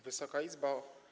Wysoka Izbo!